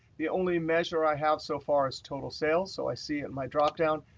the only measure i have so far is total sales. so i see and my drop down,